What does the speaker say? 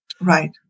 Right